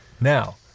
Now